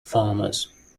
farmers